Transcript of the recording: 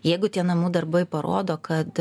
jeigu tie namų darbai parodo kad